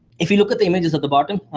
if you look at the images at the bottom,